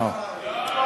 לא לא.